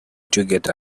get